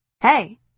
Hey